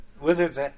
Wizards